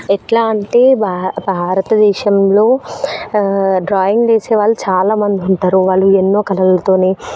ఎట్లా అంటే భా భారతదేశంలో డ్రాయింగ్ వేసేవాళ్ళు చాలా మంది ఉంటారు వాళ్ళు ఎన్నో కలలతోని